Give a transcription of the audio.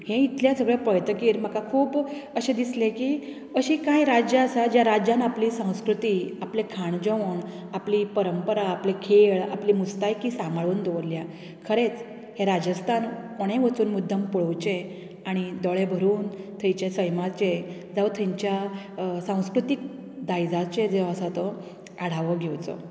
ही इतल्या सगळें पळयतकीर म्हाका खूब अशें दिसलें की अशीं कांय राज्या आसा ज्या राज्यांत आपली संस्कृती आपलें खाण जेवण आपली परंपरा आपले खेळ आपली मुस्तायकी सांबाळून दवरल्या खरेंच हे राजस्थान कोणेय वचून मुद्दाम पळोवचें आनी दोळे भरून थंयच्या सैमाचे जावं थंयच्या सांस्कृतीक दायजाचे जे आसा तो आढावो घेवचो